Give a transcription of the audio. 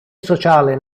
sociale